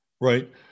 right